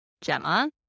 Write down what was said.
Gemma